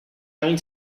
going